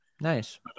Nice